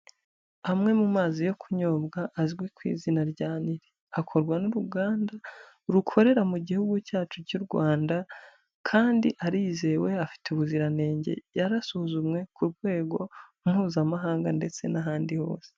Amwe mu mazi yo kunyobwa azwi ku izina rya Nile akorwa n'uruganda rukorera mu gihugu cyacu cy'u Rwanda kandi arizewe afite ubuziranenge, yarasuzumwe ku rwego mpuzamahanga ndetse n'ahandi hose.